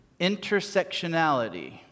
intersectionality